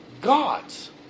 God's